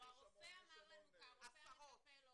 עשרות.